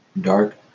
dark